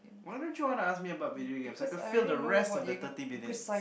why don't you wanna ask me about video games I could fill the rest of the thirty minutes